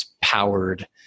powered